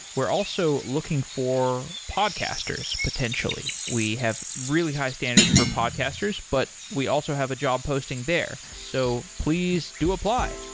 we're also looking for podcasters potentially. we have really high standards for podcasters, but we also have a job posting there. so please do apply.